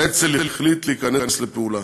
והאצ"ל החליט להיכנס לפעולה.